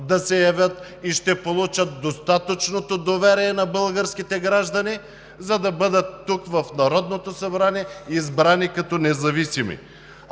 да се явят и ще получат достатъчното доверие на българските граждани, за да бъдат тук, в Народното събрание, избрани като независими,